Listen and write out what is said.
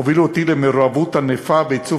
הובילו אותי למעורבות ענפה בעיצוב